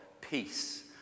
peace